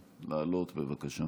בבקשה.